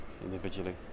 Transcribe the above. individually